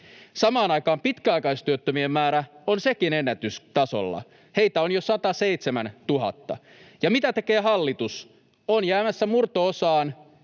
Samaan aikaan pitkäaikaistyöttömien määrä on sekin ennätystasolla. Heitä on jo 107 000. Ja mitä tekee hallitus? On jäämässä murto-osaan